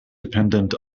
dependent